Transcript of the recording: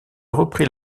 reprit